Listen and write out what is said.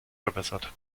verbessert